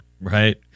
Right